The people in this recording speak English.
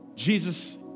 Jesus